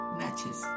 matches